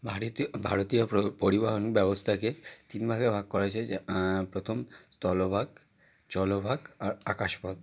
ভারিতে ভারতীয় প্র পরিবহন ব্যবস্থাকে তিনভাগে ভাগ করা হয়েছে যে প্রথম স্থলভাগ জলভাগ আর আকাশপথ